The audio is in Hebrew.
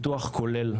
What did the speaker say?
לפיתוח כולל,